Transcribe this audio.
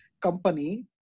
company